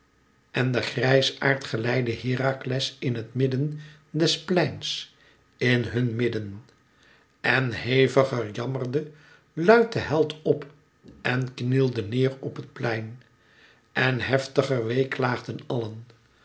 en de grijsaard geleidde herakles in het midden des pleins in hun midden en heviger jammerde luid de held op en knielde neêr op het plein en heftiger weeklaagden allen